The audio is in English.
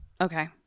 okay